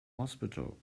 hospital